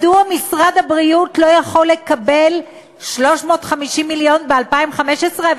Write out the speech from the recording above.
מדוע משרד הבריאות לא יכול לקבל 350 מיליון ב-2015?